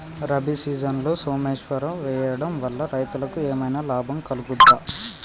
రబీ సీజన్లో సోమేశ్వర్ వేయడం వల్ల రైతులకు ఏమైనా లాభం కలుగుద్ద?